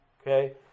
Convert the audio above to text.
Okay